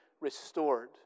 restored